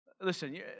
Listen